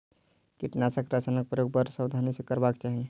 कीटनाशक रसायनक प्रयोग बड़ सावधानी सॅ करबाक चाही